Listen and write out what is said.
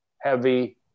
heavy